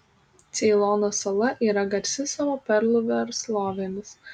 ceilono sala yra garsi savo perlų verslovėmis